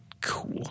cool